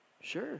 sure